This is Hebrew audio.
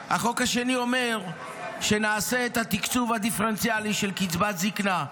החוק השני אומר שנעשה את התקצוב הדיפרנציאלי של קצבת זקנה.